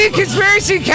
Conspiracy